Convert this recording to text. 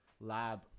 lab